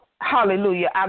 hallelujah